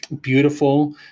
beautiful